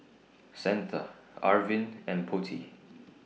Santha Arvind and Potti